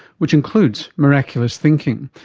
which includes miraculous thinking.